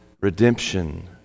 redemption